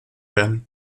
werden